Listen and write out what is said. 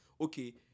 Okay